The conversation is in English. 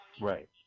Right